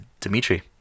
dimitri